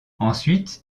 ensuite